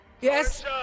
Yes